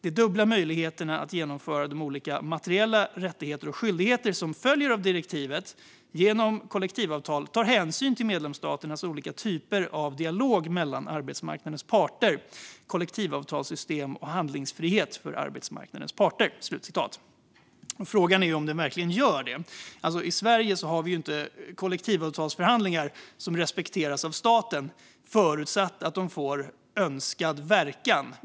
De dubbla möjligheterna att genomföra de olika materiella rättigheter och skyldigheter som följer av direktivet genom kollektivavtal tar hänsyn till medlemsstaternas olika typer av dialog mellan arbetsmarknadens parter, kollektivavtalssystem och handlingsfriheten för arbetsmarknadens parter." Frågan är ju om det verkligen är så. I Sverige har vi inte kollektivavtalsförhandlingar som respekteras av staten förutsatt att de får "önskad verkan".